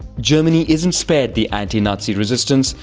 germany isn't spared the anti-nazi resistance,